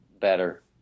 better